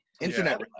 Internet